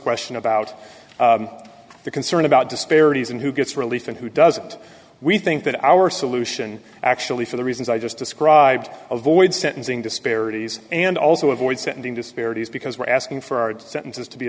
question about the concern about disparities in who gets released and who doesn't we think that our solution actually for the reasons i just described of all sentencing disparities and also avoid sending disparities because we're asking for our sentences to be